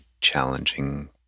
challenging